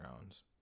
Grounds